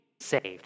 saved